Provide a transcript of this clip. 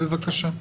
בבקשה.